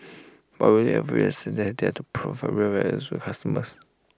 or will have realise that they have to provide real values to consumers